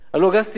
הלוא גז טבעי,